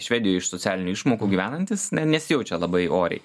švedijoj iš socialinių išmokų gyvenantys nesijaučia labai oriai